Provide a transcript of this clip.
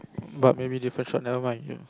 but maybe different shop never mind you